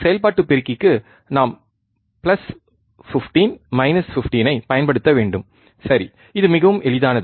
செயல்பாட்டு பெருக்கிக்கு நாம் 15 15 ஐப் பயன்படுத்த வேண்டும் சரி இது மிகவும் எளிதானது